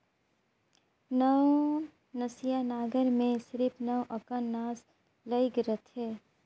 नवनसिया नांगर मे सिरिप नव अकन नास लइग रहथे